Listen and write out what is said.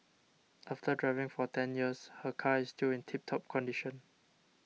after driving for ten years her car is still in tip top condition